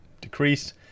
decrease